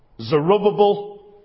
Zerubbabel